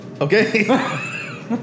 Okay